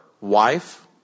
wife